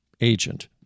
agent